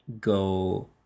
go